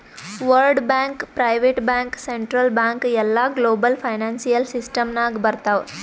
world bank, private bank, central bank ಎಲ್ಲಾ global financial system ನಾಗ್ ಬರ್ತಾವ್